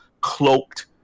cloaked